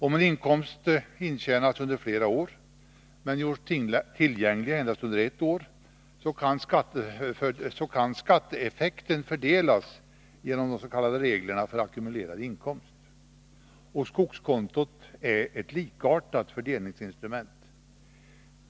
Om en inkomst intjänats under flera år men gjorts tillgänglig endast under ett år kan skatteeffekten fördelas genom reglerna för s.k. ackumulerad inkomst. Skogskontot är ett likartat fördelningsinstrument.